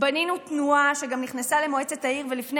בנינו תנועה שגם נכנסה למועצת העיר ולפני